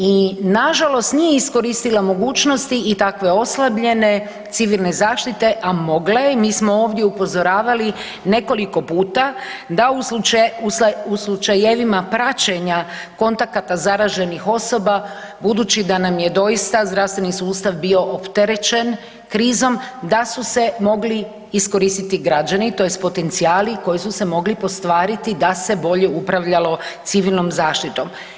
I nažalost nije iskoristila mogućnosti i takve oslabljene civilne zaštite, a mogla je i mi smo ovdje upozoravali nekoliko puta da u slučajevima praćenja kontakata zaraženih osoba budući da nam je doista zdravstveni sustav bio opterećen krizom, da su se mogli iskoristiti građani tj. potencijali koji su se mogli postvariti da se bolje upravljalo civilnom zaštitom.